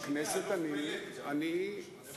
שאני אומר לך פה,